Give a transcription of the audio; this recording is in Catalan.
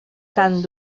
cant